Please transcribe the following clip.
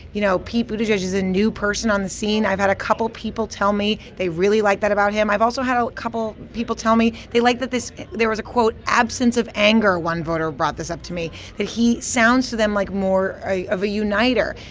you know, pete buttigieg is a new person on the scene i've had a couple people tell me they really like that about him. i've also had a couple people tell me they like that there was a, quote, absence of anger. one voter brought this up to me that he sounds to them like more of a uniter.